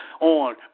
on